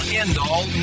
end-all